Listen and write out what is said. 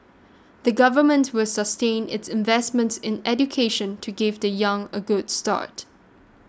the government will sustain its investments in education to give the young a good start